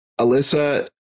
Alyssa